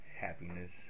Happiness